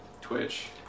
Twitch